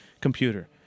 computer